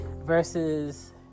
versus